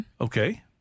Okay